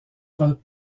pas